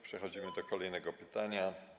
Przechodzimy do kolejnego pytania.